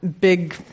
big